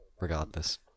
regardless